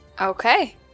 Okay